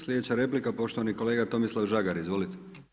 Slijedeća replika poštovani kolega Tomislav Žagar, izvolite.